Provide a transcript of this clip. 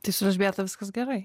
tai su elžbieta viskas gerai